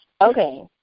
Okay